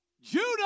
Judah